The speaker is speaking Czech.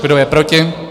Kdo je proti?